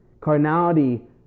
Carnality